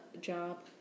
job